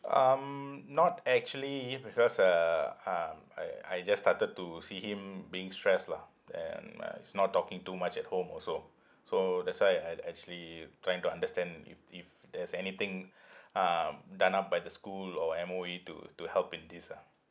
um not actually it because uh um I I just started to see him being stressed lah and uh he's not talking too much at home also so that's why I'd actually trying to understand if if there's anything um done up by the school or M_O_E to to help in this ah